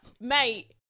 mate